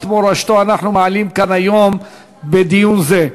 מורשתו אנחנו מעלים כאן היום בדיון זה,